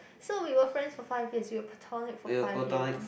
so we were friends for five years we were platonic for five year